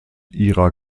ihrer